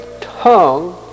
tongue